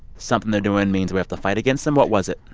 something they're doing means we have to fight against them? what was it?